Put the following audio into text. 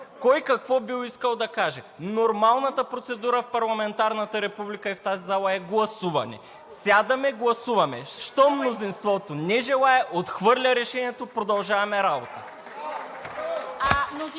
кой какво бил искал да каже. Нормалната процедура в парламентарната република в тази зала е гласуване. Сядаме – гласуваме. Щом мнозинството не желае, отхвърля решението – продължаваме работа.